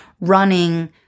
running